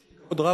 יש לי כבוד רב,